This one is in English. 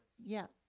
yeah,